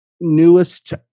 newest